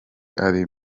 ari